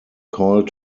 call